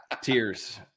Tears